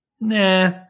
Nah